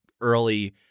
early